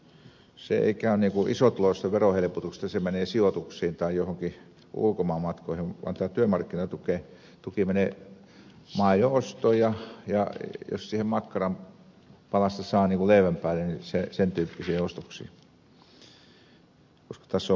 ei käy niin kuin isotuloisten verohelpotuksien että menee sijoituksiin tai johonkin ulkomaanmatkoihin vaan työmarkkinatuki menee maidon ostoon ja jos siihen makkaranpalasta saa leivän päälle sen tyyppisiin ostoksiin koska taso muutenkin on matala